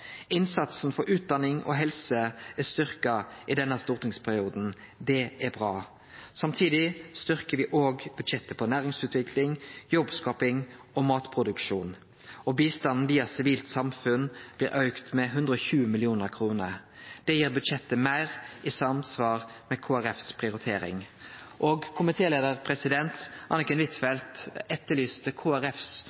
Innsatsen for utdanning og helse er styrkt i denne stortingsperioden. Det er bra. Samtidig styrkjer me også budsjettet for næringsutvikling, jobbskaping og matproduksjon, og bistanden via sivilt samfunn blir auka med 120 mill. kr. Det gjer budsjettet meir i samsvar med